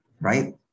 right